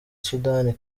sudani